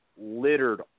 littered